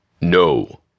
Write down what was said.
No